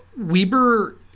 Weber